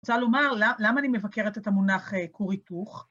רוצה לומר, למה אני מבקרת את המונח כור היתוך?